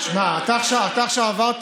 תשמע, אתה עכשיו עברת